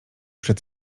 przed